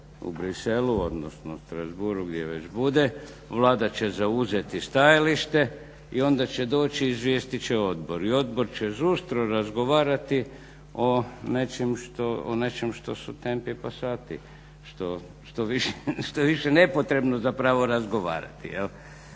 u Bruxellesu, odnosno Strasbourgu gdje već bude, Vlada će zauzeti stajalište i onda će doći i izvijestiti odbor. I odbor će žustro razgovarati o nečem što su tempi pasati, što je više nepotrebno zapravo razgovarati.